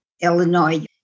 Illinois